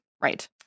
Right